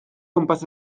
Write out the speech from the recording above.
gwmpas